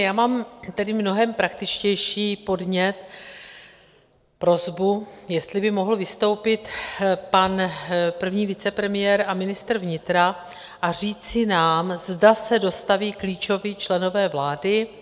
Já mám mnohem praktičtější podnět, prosbu, jestli by mohl vystoupit pan první vicepremiér a ministr vnitra a říci nám, zda se dostaví klíčoví členové vlády.